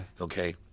okay